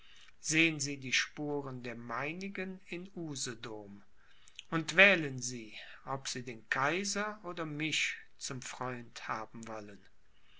sehen sie die spuren der meinigen in usedom und wählen sie ob sie den kaiser oder mich zum freund haben wollen